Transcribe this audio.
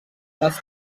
les